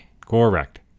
Correct